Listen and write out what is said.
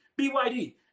BYD